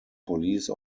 police